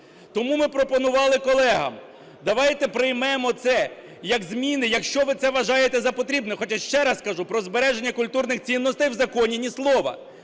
Тому ми пропонували колегам: давайте приймемо це як зміни, якщо ви це вважаєте за потрібне. Хоча, ще раз кажу, про збереження культурних цінностей в законі ні слова.